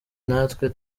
natwe